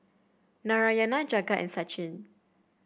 Narayana Jagat and Sachin